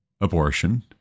abortion